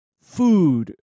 food